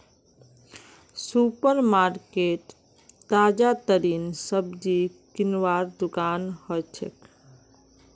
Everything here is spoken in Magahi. सुपर मार्केट ताजातरीन सब्जी किनवार दुकान हछेक